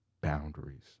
boundaries